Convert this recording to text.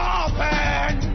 open